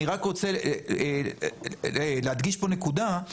אני רק רוצה להדגיש פה נקודה.